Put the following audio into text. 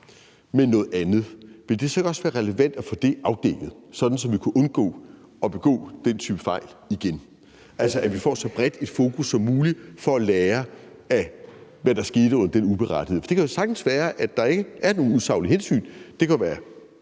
men noget andet, vil det så ikke også være relevant at få det afdækket, sådan at vi kunne undgå at begå den type fejl igen, altså at vi får så bredt et fokus som muligt for at lære af, hvad der skete under den uberettigede hjemsendelse? For det kan jo sagtens være, at der ikke er nogen usaglige hensyn. Det kunne være